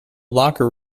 locker